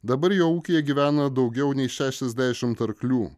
dabar jo ūkyje gyvena daugiau nei šešiasdešimt arklių